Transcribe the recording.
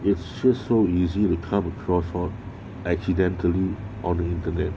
it's just so easy to come across lor accidentally on the internet